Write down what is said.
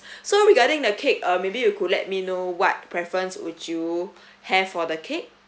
so regarding the cake uh maybe you could let me know what preference would you have for the cake